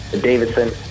Davidson